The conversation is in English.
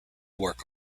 work